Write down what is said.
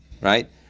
right